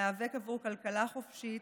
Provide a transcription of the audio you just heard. להיאבק עבור כלכלה חופשית,